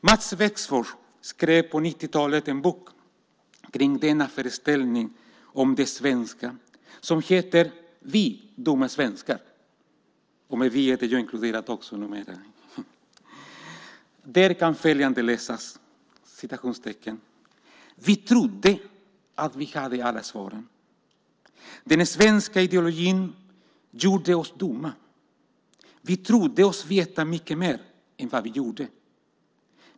Mats Svegfors skrev på 90-talet en bok kring denna föreställning om det svenska som heter Vi dumma svenskar , och i vi är också jag inkluderad numera. Där kan följande läsas: "Vi trodde att vi hade alla svaren. - Den svenska ideologin gjorde oss dumma. Vi trodde oss veta mycket mer än vad vi gjorde.